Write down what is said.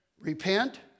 repent